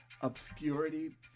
obscurity